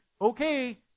okay